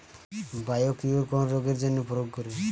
Biocure কোন রোগেরজন্য প্রয়োগ করে?